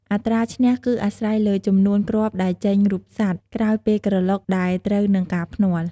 អត្រាឈ្នះ គឺអាស្រ័យលើចំនួនគ្រាប់ដែលចេញរូបសត្វ ក្រោយពេលក្រឡុកដែលត្រូវនឹងការភ្នាល់។